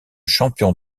champion